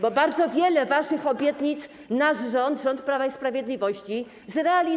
Bo bardzo wiele waszych obietnic nasz rząd, rząd Prawa i Sprawiedliwości, zrealizował.